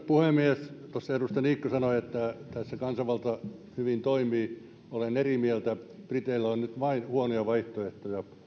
puhemies tuossa edustaja niikko sanoi että tässä kansanvalta toimii hyvin olen eri mieltä briteillä on nyt vain huonoja vaihtoehtoja he